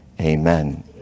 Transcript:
Amen